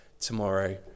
tomorrow